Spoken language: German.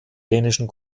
dänischen